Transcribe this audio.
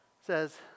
says